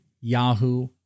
Yahoo